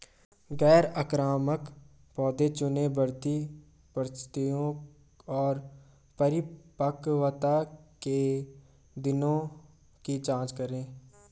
गैर आक्रामक पौधे चुनें, बढ़ती परिस्थितियों और परिपक्वता के दिनों की जाँच करें